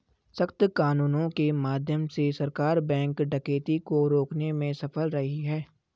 सख्त कानूनों के माध्यम से सरकार बैंक डकैती को रोकने में सफल रही है